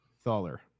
Thaller